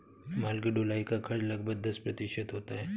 माल की ढुलाई का खर्च लगभग दस प्रतिशत होता है